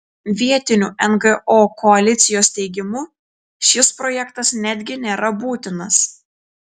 vietinių ngo koalicijos teigimu šis projektas netgi nėra būtinas